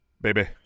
baby